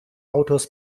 autors